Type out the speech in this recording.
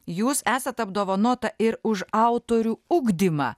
jūs esat apdovanota ir už autorių ugdymą